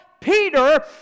Peter